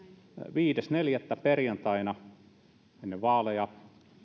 viides neljättä ennen vaaleja